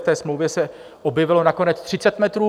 V té smlouvě se objevilo nakonec 30 metrů.